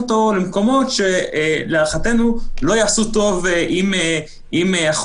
אותו למקומות שלהערכתנו לא יעשה טוב עם כספי הציבור,